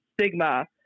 stigma